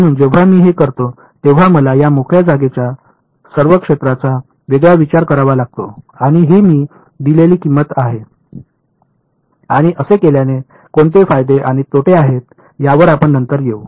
म्हणून जेव्हा मी हे करतो तेव्हा मला या मोकळ्या जागेच्या सर्व क्षेत्राचा वेगळा विचार करावा लागतो आणि ही मी दिलेली किंमत आहे आणि असे केल्याने कोणते फायदे आणि तोटे आहेत यावर आपण नंतर येऊ